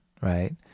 Right